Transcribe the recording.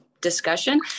discussion